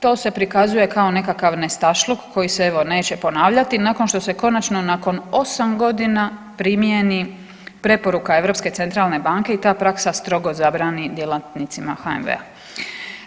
To se prikazuje kao nekakav nestašluk koji se evo neće ponavljati, nakon što se konačno nakon 8.g. primjeni preporuka Europske centralne banke i ta praksa strogo zabrani djelatnicima HNB-a.